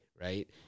Right